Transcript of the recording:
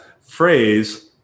phrase